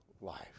life